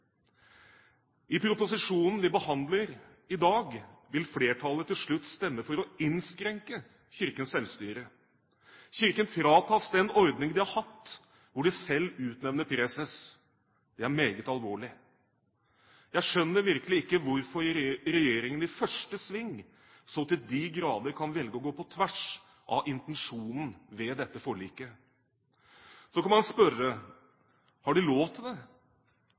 I proposisjonen vi behandler i dag, vil flertallet til slutt stemme for å innskrenke Kirkens selvstyre. Kirken fratas den ordningen den har hatt ved at den selv utnevner preses. Det er meget alvorlig. Jeg skjønner virkelig ikke hvorfor regjeringen i første sving så til de grader kan velge å gå på tvers av intensjonen ved dette forliket. Så kan man spørre: Har de lov til det?